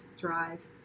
drive